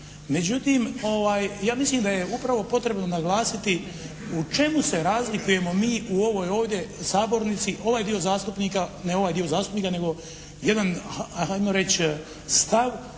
Međutim, ja mislim da je upravo potrebno naglasiti u čemu se razlikujemo mi u ovoj ovdje sabornici, ovaj dio zastupnika, ne ovaj dio zastupnika nego jedan ajmo reći stav